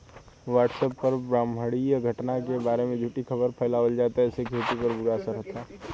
WhatsApp पर ब्रह्माण्डीय घटना के बारे में झूठी खबर फैलावल जाता जेसे खेती पर बुरा असर होता